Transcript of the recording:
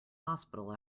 hospital